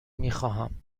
میخواهم